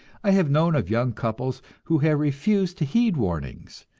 i have known of young couples who have refused to heed warnings,